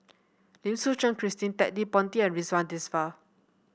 Lim Suchen Christine Ted De Ponti and Ridzwan Dzafir